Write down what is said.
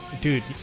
Dude